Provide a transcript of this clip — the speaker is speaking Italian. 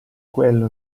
quello